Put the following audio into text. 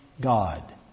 God